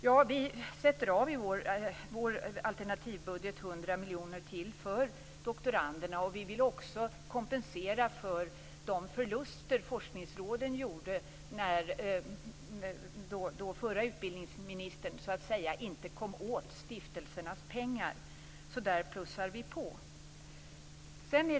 I vår alternativbudget sätter vi av 100 miljoner kronor till för doktoranderna. Vi vill också kompensera för de förluster som forskningsråden gjorde då förre utbildningsministern så att säga inte kom åt stiftelsernas pengar. Där plussar vi alltså på.